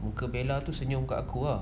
muka bella tu senyum dengan aku